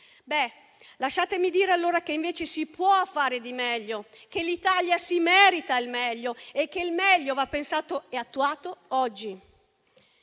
Lasciatemi dire allora che invece si può fare di meglio, che l'Italia si merita il meglio e che il meglio va pensato e attuato oggi.